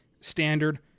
standard